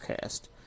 cast